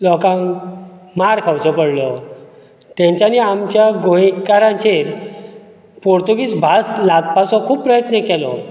लोकांक मार खावचो पडलो तेंच्यानी आमच्या गोंयकारांचेर पोर्तुगीज भास लादपाचो खूब प्रयत्न केलो